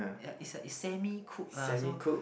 ya is a it semi cooked lah so